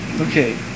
Okay